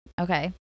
Okay